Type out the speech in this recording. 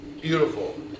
beautiful